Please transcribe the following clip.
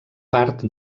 part